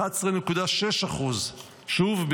11.6%; שוב,